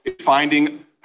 finding